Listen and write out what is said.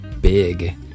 big